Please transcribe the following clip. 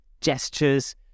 gestures